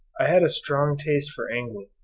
i had a strong taste for angling,